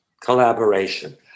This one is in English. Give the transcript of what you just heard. collaboration